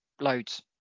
loads